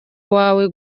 wawe